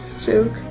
joke